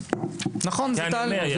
נכון, זה תהליך.